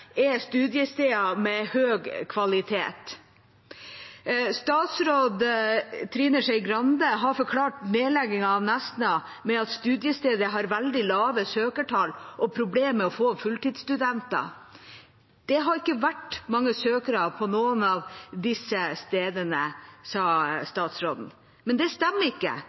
er studiesteder med høy kvalitet. Statsråd Trine Skei Grande har forklart nedleggingen av Nesna med at studiestedet har veldig lave søkertall og problemer med å få fulltidsstudenter. Det har ikke vært mange søkere til noen av disse stedene, sa statsråden. Det stemmer ikke.